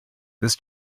this